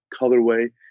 colorway